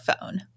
phone